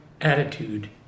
Attitude